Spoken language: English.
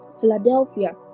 philadelphia